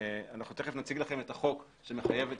אנחנו תכף נציג לכם את החוק שמחייב את